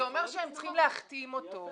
וזה אומר שהם צריכים להחתים אותו.